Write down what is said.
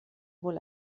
wohl